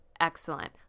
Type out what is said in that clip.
excellent